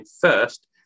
first